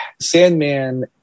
Sandman